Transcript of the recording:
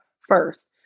first